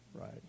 Right